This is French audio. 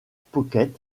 pickpocket